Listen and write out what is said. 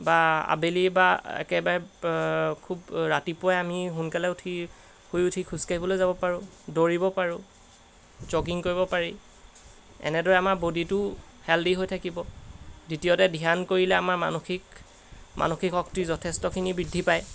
বা আবেলি বা একেবাৰে খুব ৰাতিপুৱাই আমি সোনকালে উঠি শুই উঠি খোজকাঢ়িবলৈ যাব পাৰোঁ দৌৰিব পাৰোঁ জগিং কৰিব পাৰি এনেদৰে আমাৰ বডিটো হেল্ডি হৈ থাকিব দ্বিতীয়তে ধ্যান কৰিলে আমাৰ মানসিক মানসিক শক্তি যথেষ্টখিনি বৃদ্ধি পায়